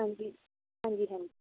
ਹਾਂਜੀ ਹਾਂਜੀ ਹਾਂਜੀ